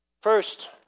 First